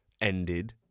ended